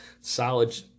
solid